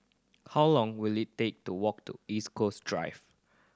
how long will it take to walk to East Coast Drive